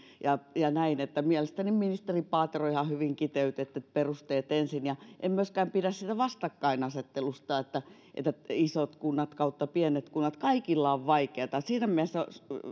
ja ja näin mielestäni ministeri paatero ihan hyvin kiteytitte että perusteet ensin en myöskään pidä siitä vastakkainasettelusta isot kunnat pienet kunnat kaikilla on vaikeata siinä mielessä